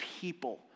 people